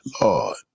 Lord